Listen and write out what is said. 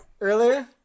Earlier